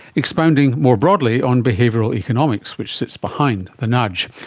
expounding more broadly on behavioural economics, which sits behind the nudge.